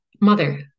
mother